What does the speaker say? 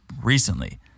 recently